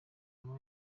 aho